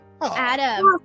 Adam